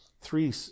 three